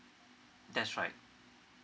that's right